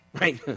right